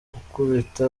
gukubita